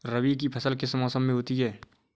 रबी की फसल किस मौसम में होती है?